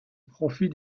profit